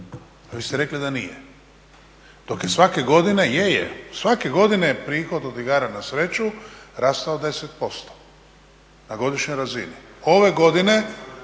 a vi ste rekli da nije. Dok je svake godine, je, je. Svake godine je prihod od igara na sreću rastao 10% na godišnjoj razini. Ove godine,